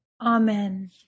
Amen